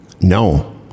No